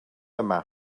yma